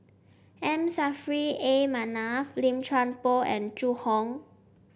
M Saffri A Manaf Lim Chuan Poh and Zhu Hong